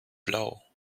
blau